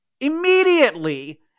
immediately